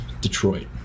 Detroit